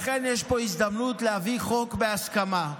לכן, יש פה הזדמנות להביא חוק בהסכמה.